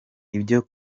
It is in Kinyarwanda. ibyo